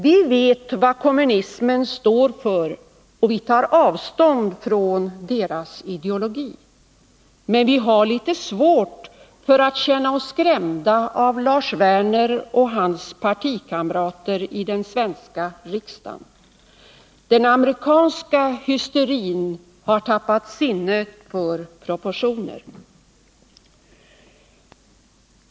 Vi vet vad kommunismen står för, och vi tar avstånd från dess ideologi, men vi har litet svårt för att känna oss skrämda av Lars Werner och hans partikamrater i den svenska riksdagen. Den amerikanska hysterin har tappat sinnet för proportioner.